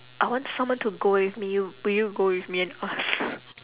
I want someone to go with me you will you go with me and ask